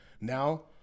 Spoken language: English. Now